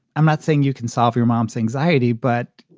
i'm not saying you can solve your mom's anxiety, but,